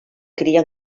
cria